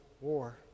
War